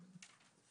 אנחנו